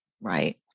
Right